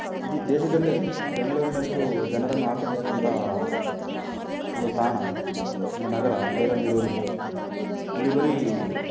ಇಡೀ ದೇಶದಲ್ಲೇ ಬೆಂಗಳೂರಿನಷ್ಟು ಜನರನ್ನು ಆಕರ್ಷಿಸುವಂಥ ಒಂದು ತಾಣ ಒಂದು ನಗರ ಬೇರೊಂದಿರುವುದಿಲ್ಲ ಇಲ್ಲಿ ಬರೇ